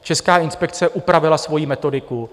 Česká inspekce upravila svoji metodiku.